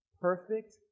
Perfect